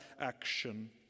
action